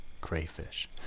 crayfish